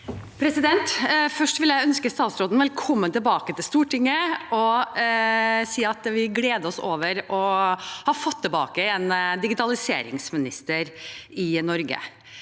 Først vil jeg ønske statsråden velkommen tilbake til Stortinget og si at vi gleder oss over å ha fått tilbake en digitaliseringsminister i Norge.